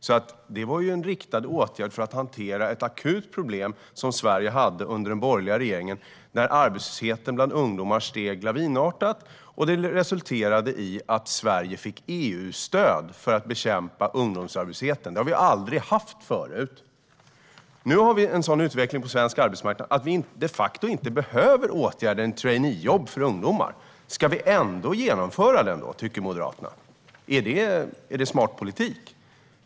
Traineejobben var en riktad åtgärd för att hantera ett akut problem som Sverige hade under den borgerliga regeringen, nämligen att arbetslösheten bland ungdomar steg lavinartat, vilket resulterade i att Sverige fick EU-stöd för att bekämpa ungdomsarbetslösheten, något som vi aldrig fått förut. Nu har vi en sådan utveckling på svensk arbetsmarknad att vi de facto inte behöver insatsen traineejobb för ungdomar. Ska vi då genomföra den ändå, tycker Moderaterna? Är det smart politik?